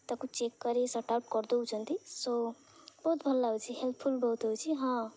ତାକୁ ଚେକ୍ କରି sort out କରିଦେଉଛନ୍ତି ସୋ ବହୁତ ଭଲ ଲାଗୁଛି ହେଲ୍ପ୍ଫୁଲ୍ ବହୁତ ହେଉଛି ହଁ